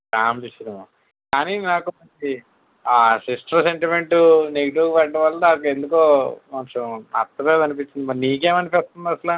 family cinema కానీ నాకు ఒకటి ఆ సిస్టర్ సెంటిమెంట్ నెగటివ్ పడడం వల్ల నాకు ఎందుకో కొంచెం నచ్చలేదు అనిపిస్తుంది నీకేమనిపిస్తుంది అసలు